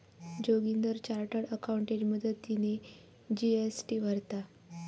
Joginder chartered accountant मदतीने GST भरता